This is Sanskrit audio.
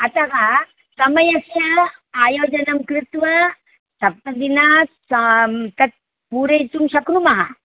अतः समयस्य आयोजनं कृत्वा सप्तदिनात् तां तत् पूरयितुं शक्नुमः